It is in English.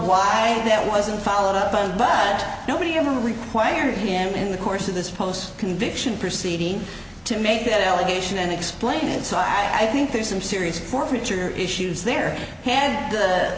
why that wasn't followed up on but that nobody ever required him in the course of this post conviction proceeding to make that allegation and explain it so i think there's some serious forfeiture issues there ha